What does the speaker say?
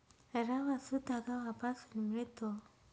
रवासुद्धा गव्हापासून मिळतो